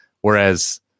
Whereas